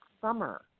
summer